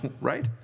right